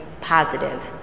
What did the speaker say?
positive